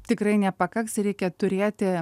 tikrai nepakaks reikia turėti